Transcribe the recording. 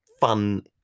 fun